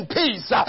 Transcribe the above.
peace